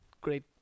great